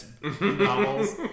novels